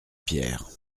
pierre